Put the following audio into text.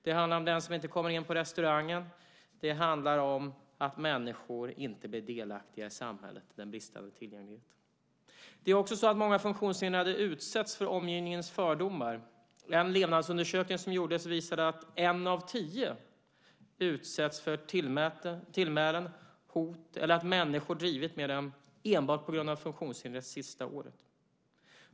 Det handlar om den som inte kommer in på restaurangen. Det handlar om att människor inte blir delaktiga i samhället på grund av bristande tillgänglighet. Många funktionshindrade utsätts för omgivningens fördomar. En levnadsundersökning har visat att en av tio utsatts för tillmälen, hot eller att människor drivit med dem enbart på grund av funktionshindret under det senaste året.